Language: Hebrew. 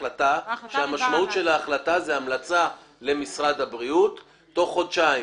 החלטה כאשר המשמעות של ההחלטה היא המלצה למשרד הבריאות תוך חודשיים.